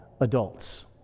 adults